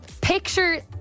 Picture